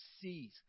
sees